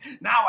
Now